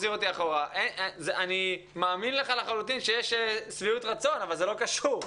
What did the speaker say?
אני מאמין לך לחלוטין שיש שביעות רצון אבל זה לא קשור.